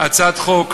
הצעת חוק